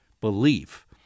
belief